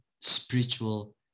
spiritual